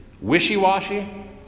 wishy-washy